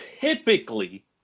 typically